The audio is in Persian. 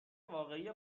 واقعی